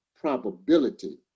probability